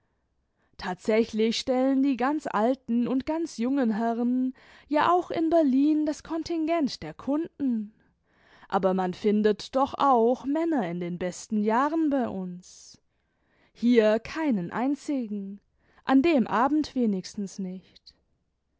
tatsächlich stellen die ganz alten und ganz jungen herren ja auch in berlin das kontingent der kunden aber man findet doch auch männer in den besten jahren bei uns hier keinen einzigen an dem abend wenigstens nicht